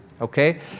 okay